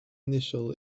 initial